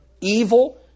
Evil